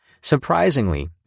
Surprisingly